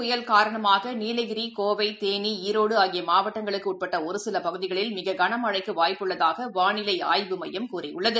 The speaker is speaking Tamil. புயல் காரணமாகநீலகிரி ஈரோடுஆகியமாவட்டங்களுக்குட்பட்டஒருசிலபகுதிகளில் மிககனமழைக்குவாய்ப்பு உள்ளதாகவானிலைஆய்வு மையம் கூறியுள்ளது